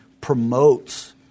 promotes